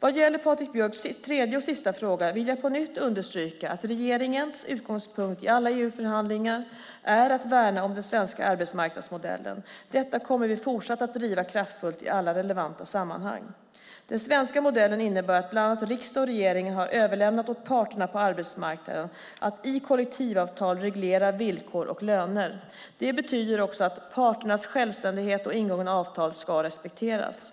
Vad gäller Patrik Björcks tredje och sista fråga vill jag på nytt understryka att regeringens utgångspunkt i alla EU-förhandlingar är att värna om den svenska arbetsmarknadsmodellen. Detta kommer vi fortsatt att driva kraftfullt i alla relevanta sammanhang. Den svenska modellen innebär bland annat att riksdag och regering har överlämnat åt parterna på arbetsmarknaden att i kollektivavtal reglera villkor och löner. Det betyder också att parternas självständighet och ingångna avtal ska respekteras.